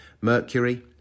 Mercury